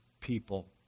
people